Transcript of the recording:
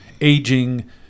aging